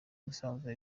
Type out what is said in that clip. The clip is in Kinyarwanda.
musanze